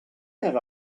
that